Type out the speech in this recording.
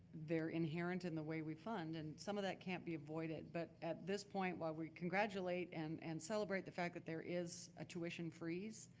they're inherent in the way we fund, and some of that can't be avoided. but at this point, while we congratulate and and celebrate the fact that there is a tuition freeze,